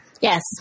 Yes